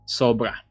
sobra